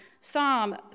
Psalm